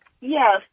yes